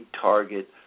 target